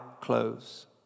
clothes